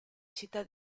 città